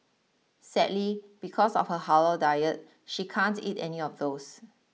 sadly because of her halal diet she can't eat any of those